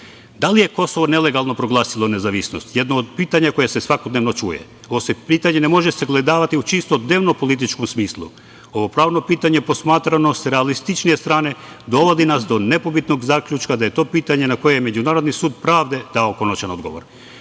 Da li je Kosovo nelegalno proglasilo nezavisnost? Jedno od pitanja koje se svakodnevnog čuje. Ovo se pitanje ne može sagledavati u čisto dnevnom političkom smislu. Ovo pravno pitanje posmatrano sa realističnije strane dovodi nas do nebitnog zaključka da je to pitanje na koje Međunarodni sud pravde dao konačan odgovor. Ja